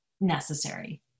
necessary